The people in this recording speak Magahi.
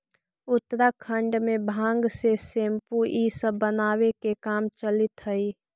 उत्तराखण्ड में भाँग से सेम्पू इ सब बनावे के काम चलित हई